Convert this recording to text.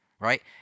right